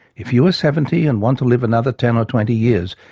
if you are seventy and want to live another ten or twenty years,